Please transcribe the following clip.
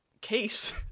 case